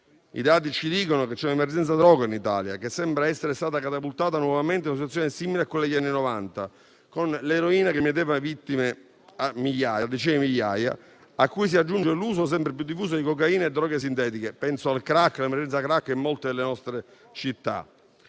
I dati ci dicono che c'è un'emergenza droga in Italia, che sembra essere stata catapultata nuovamente in una situazione simile a quella degli anni Novanta, con l'eroina che mieteva decine di migliaia di vittime, a cui si aggiungono l'uso sempre più diffuso di cocaina e droghe sintetiche (penso all'emergenza *crack* in molte delle nostre città)